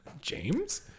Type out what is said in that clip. James